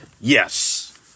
Yes